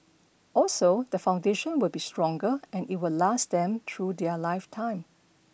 also the foundation will be stronger and it will last them through their lifetime